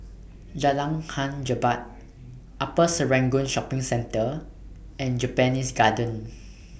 Jalan Hang Jebat Upper Serangoon Shopping Centre and Japanese Garden